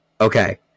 Okay